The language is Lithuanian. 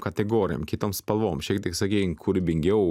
kategorijom kitom spalvom šiek tiek sakykim kūrybingiau